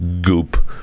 goop